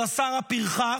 של השר הפרחח?